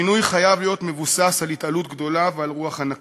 השינוי חייב להיות מבוסס על התעלות גדולה ועל רוח ענקית,